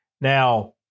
Now